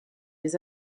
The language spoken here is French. les